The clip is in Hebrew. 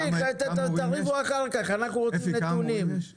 תריבו אחר כך אנחנו רוצים נתונים.